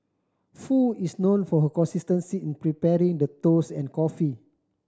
Foo is known for her consistency in preparing the toast and coffee